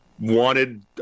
wanted